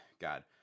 god